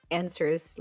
answers